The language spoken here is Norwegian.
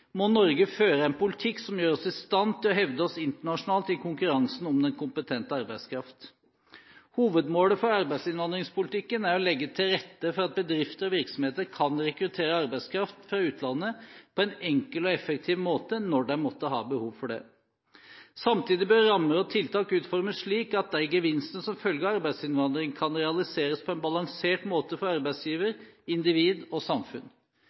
må Norge føre en politikk som gjør oss i stand til å hevde oss internasjonalt i konkurransen om den kompetente arbeidskraft. Hovedmålet for arbeidsinnvandringspolitikken er å legge til rette for at bedrifter og virksomheter kan rekruttere arbeidskraft fra utlandet på en enkel og effektiv måte når de måtte ha behov for det. Samtidig bør rammer og tiltak utformes slik at de gevinstene som følger av arbeidsinnvandring, kan realiseres på en balansert måte for arbeidsgiver, individ og samfunn.